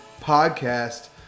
Podcast